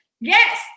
yes